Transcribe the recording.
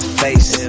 face